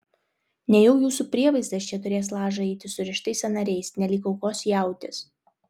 nejau jūsų prievaizdas čia turės lažą eiti surištais sąnariais nelyg aukos jautis